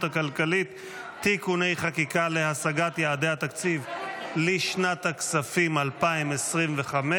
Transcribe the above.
הכלכלית (תיקוני חקיקה להשגת יעדי התקציב לשנת התקציב 2025)